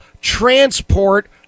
transport